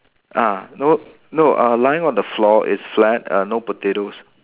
ah no no uh lying on the floor it's flat uh no potatoes